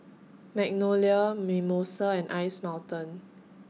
Magnolia Mimosa and Ice Mountain